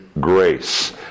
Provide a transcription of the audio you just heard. Grace